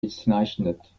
bezeichnet